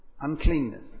Uncleanness